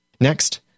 Next